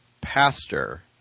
pastor